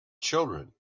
children